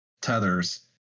tethers